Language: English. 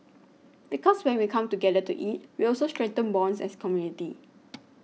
because when we come together to eat we also strengthen bonds as community